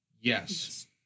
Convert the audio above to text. Yes